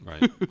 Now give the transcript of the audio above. Right